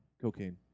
Cocaine